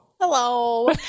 hello